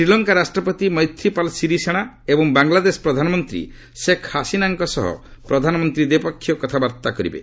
ଶ୍ରୀଲଙ୍କ ରାଷ୍ଟ୍ରପତି ମୈଥିପାଲ୍ ସିରିସେଣା ଏବଂ ବାଂଲାଦେଶ ପ୍ରଧାନମନ୍ତ୍ରୀ ଶେଖ୍ ହାସିନାଙ୍କ ସହ ପ୍ରଧାନମନ୍ତ୍ରୀ ଦିପକ୍ଷିୟ କଥାବାର୍ତ୍ତା କରିବେ